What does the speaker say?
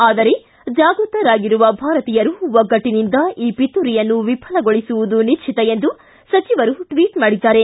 ಆದರೆ ಜಾಗೃತರಾಗಿರುವ ಭಾರತೀಯರು ಒಗ್ಗಟ್ಟನಿಂದ ಈ ಪಿತೂರಿಯನ್ನು ವಿಫಲಗೊಳಿಸುವುದು ನಿಶ್ಚಿತ ಎಂದು ಸಚಿವರು ಟ್ವಟ್ ಮಾಡಿದ್ದಾರೆ